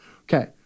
Okay